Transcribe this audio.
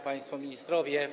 Państwo Ministrowie!